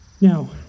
Now